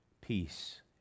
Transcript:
Peace